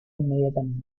inmediatamente